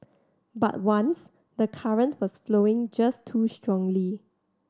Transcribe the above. but once the current was flowing just too strongly